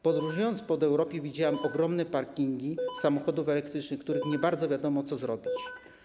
Podróżując po Europie, widziałem ogromne parkingi samochodów elektrycznych, z którymi nie bardzo wiadomo, co zrobić.